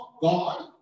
God